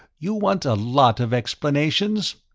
you want a lot of explanations?